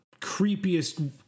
creepiest